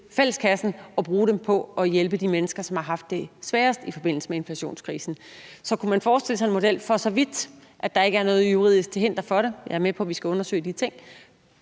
fælleskassen og bruge dem på at hjælpe de mennesker, som har haft det sværest i forbindelse med inflationskrisen. Så kunne man forestille sig, at man rent faktisk laver en model, for så vidt der ikke er noget juridisk til hinder for det – jeg er med på, at vi skal undersøge de ting;